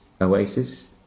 Oasis